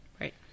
Right